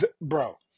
Bro